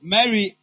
Mary